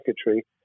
secretary